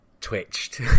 twitched